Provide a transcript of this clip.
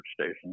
Station